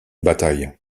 bataille